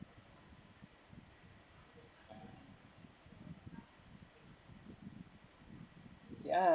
ya~